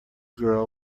girl